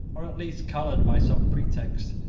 or, at least, colored by some pretext,